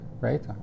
right